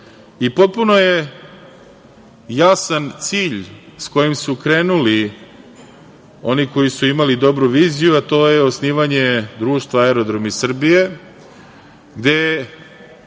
i potpuno je jasan cilj s kojim su krenuli oni koji su imali dobro viziju, a to je osnivanje društva „Aerodromi Srbije“, gde